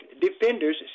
Defenders